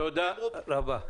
תראו,